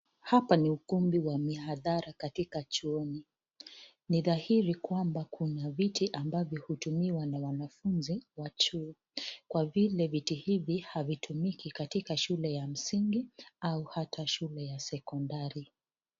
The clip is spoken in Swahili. Hapa ni ukumbi wa mihadhara katika chuoni. Ni dhahiri kwamba kuna viti ambavyo hutumiwa na wanafunzi wa chuo kwa vile viti hivi havitumiki katika shule ya msingi au hata shule ya sekondari.